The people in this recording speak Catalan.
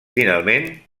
finalment